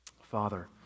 Father